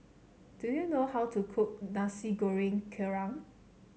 do you know how to cook Nasi Goreng Kerang